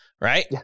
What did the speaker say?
Right